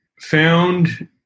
found